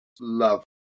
love